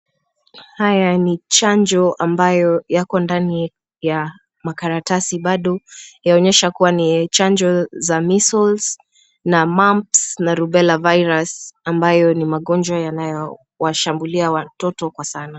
Haya ni chanjo ambayo yako ndani ya makaratasi bado yaonyesha kua ni ya chanjo za measles na mumps na rubella virus ambayo ni magonjwa yanayo washambulia watoto kwa sana.